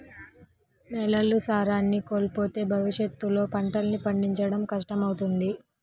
నేలలు సారాన్ని కోల్పోతే భవిష్యత్తులో పంటల్ని పండించడం కష్టమవుతుంది